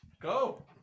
Go